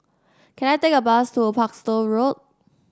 can I take a bus to Parkstone Road